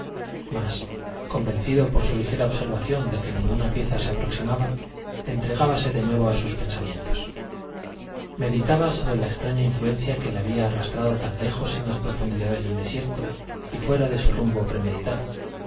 mas convencido por su ligera observación de que ninguna pieza se aproximaba entregábase de nuevo a sus pensamientos meditaba sobre la extraña influencia que le había arrastrado tan lejos en las profundidades del desierto y fuera de su rumbo premeditado